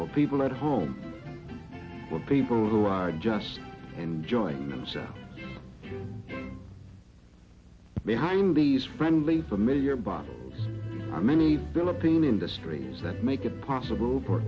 work or people at home or people who are just enjoying themselves behind these friendly familiar bottles are many philippine industries that make it possible for